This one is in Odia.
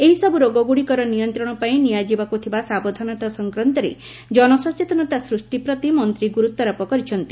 ଏହିସବୁ ରୋଗଗୁଡ଼ିକର ନିୟନ୍ତ୍ରଣ ପାଇଁ ନିଆଯିବାକୁ ଥିବା ସାବଧାନତା ସଫକ୍ରାନ୍ତରେ ଜନସଚେତନତା ସୃଷ୍ଟି ପ୍ରତି ମନ୍ତ୍ରୀ ଗୁରୁତ୍ୱାରୋପ କରିଛନ୍ତି